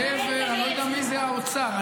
אני לא יודע מי זה האוצר.